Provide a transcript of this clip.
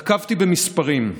נקבתי במספרים.